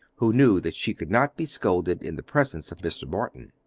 who knew that she could not be scolded in the presence of mr. morton.